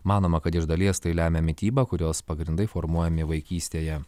manoma kad iš dalies tai lemia mityba kurios pagrindai formuojami vaikystėje